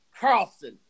Carlson